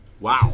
Wow